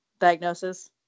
diagnosis